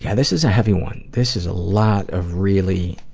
yeah this is a heavy one. this is a lot of really.